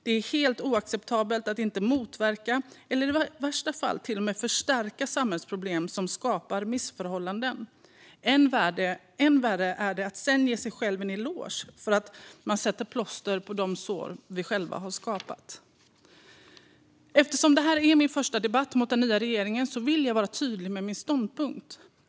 Det är helt oacceptabelt att inte motverka, eller att i värsta fall till och med förstärka, samhällsproblem som skapar missförhållanden. Än värre är det att sedan ge sig själv en eloge för att man sätter plåster på de sår som vi själva har skapat. Eftersom detta är min första debatt med den nya regeringen vill jag vara tydlig med min ståndpunkt.